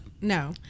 No